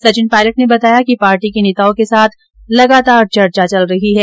सचिन पायलट ने बताया कि पार्टी के नेताओं के साथ लगातार चर्चा चल रही है